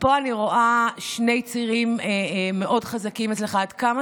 פה אני רואה שני צירים מאוד חזקים אצלך: עד כמה